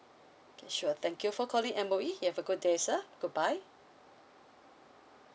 okay sure thank you for calling M_O_E have a good day sir good bye